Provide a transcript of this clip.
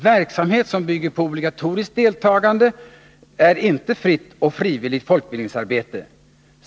Verksamhet som bygger på obligatoriskt deltagande är inte fritt och frivilligt folkbildningsarbete.